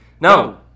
no